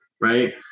Right